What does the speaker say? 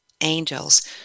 Angels